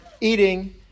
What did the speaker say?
eating